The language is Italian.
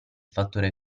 fattore